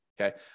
okay